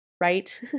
right